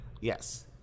Yes